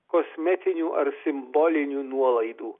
kosmetinių ar simbolinių nuolaidų